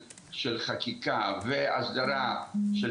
אנחנו מתקדמים לכיוון